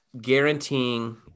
guaranteeing